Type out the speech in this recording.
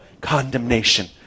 condemnation